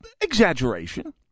exaggeration